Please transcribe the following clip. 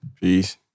Peace